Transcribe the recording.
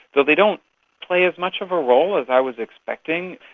though they don't play as much of a role as i was expecting.